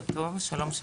בוקר טוב, שלום.